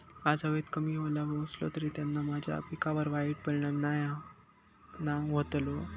आज हवेत कमी ओलावो असतलो काय त्याना माझ्या पिकावर वाईट परिणाम नाय ना व्हतलो?